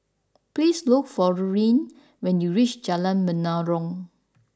please look for Lurline when you reach Jalan Menarong